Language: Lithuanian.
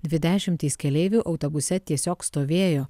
dvi dešimtys keleivių autobuse tiesiog stovėjo